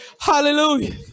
Hallelujah